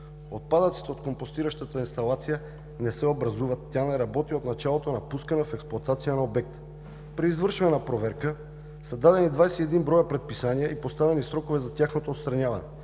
Отпадъци от компостиращата инсталация не се образуват – тя не работи от началото на пускането в експлоатация на обекта. При извършената проверка са дадени 21 броя предписания и поставени срокове за тяхното отстраняване.